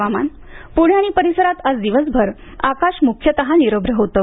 हवामान पूणे आणि परिसरात आज दिवसभर आकाश मुख्यतः निरभ्र होतं